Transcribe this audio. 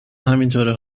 همینجوره